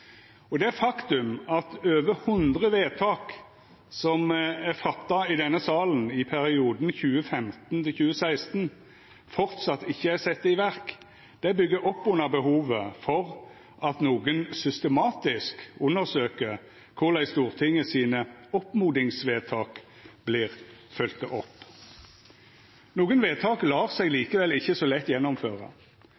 Det faktum at over hundre vedtak som er fatta i denne salen i perioden 2015–2016, framleis ikkje er sette i verk, byggjer opp under behovet for at nokon systematisk undersøkjer korleis Stortinget sine oppmodingsvedtak vert følgde opp. Nokre vedtak lèt seg